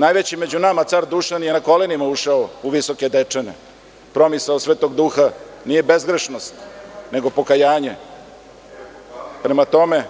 Najveći među nama car Dušan je na kolenima ušao u Visoke Dečane, promisao Svetog duha nije bezgrešnost nego pokajanje, prema tome